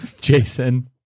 Jason